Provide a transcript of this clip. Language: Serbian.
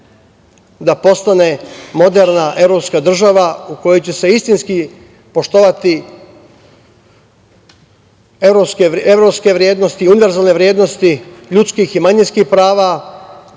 da postane moderna evropska država u kojoj će se istinski poštovati evropske vrednosti i univerzalne vrednosti ljudskih i manjinskih prava